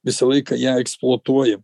visą laiką ją eksploatuojam